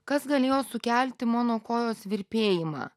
kas galėjo sukelti mano kojos virpėjimą